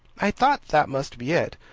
i thought that must be it,